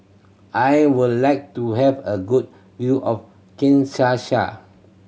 I would like to have a good view of Kinshasa